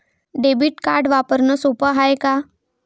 Debit card वापरणं सोप हाय का?